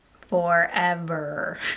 forever